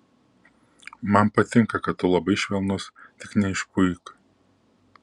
man patinka kad tu labai švelnus tik neišpuik